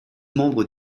membres